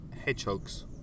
Hedgehogs